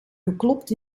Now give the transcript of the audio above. geklopt